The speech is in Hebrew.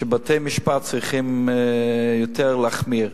שבתי-המשפט צריכים יותר להחמיר.